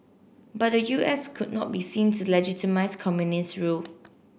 but the U S could not be seen to legitimise communist rule